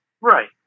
Right